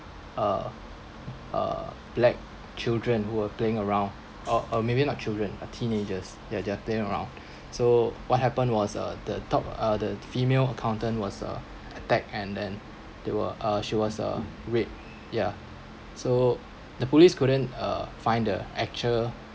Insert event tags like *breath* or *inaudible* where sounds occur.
uh uh black children who were playing around or or maybe not children a teenagers they were just playing around *breath* so what happened was uh the top uh the female accountant was a~ attacked and then they were uh she was uh raped ya so the police couldn't uh find the actual